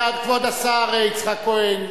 כבוד השר יצחק כהן,